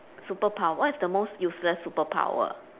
superpower what is the most useless superpower